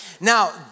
Now